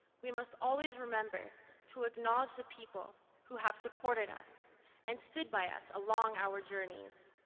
we must always remember to acknowledge the people who have supported us and stood by us along our journeys.